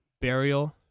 burial